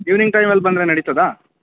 evening ಟೈಮಲ್ಲಿ ಬಂದರೆ ನಡಿತದ್ಯಾ